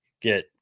get